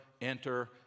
enter